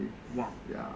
!wah!